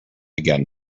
again